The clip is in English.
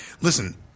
listen